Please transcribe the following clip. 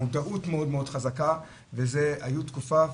מודעות מאוד מאוד חזקה וזה היה במשך תקופה.